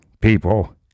people